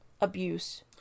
abuse